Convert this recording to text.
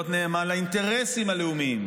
להיות נאמן לאינטרסים הלאומיים,